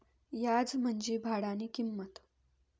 याज म्हंजी भाडानी किंमत